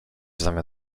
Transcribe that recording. zamian